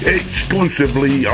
exclusively